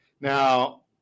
Now